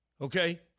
Okay